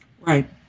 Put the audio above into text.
Right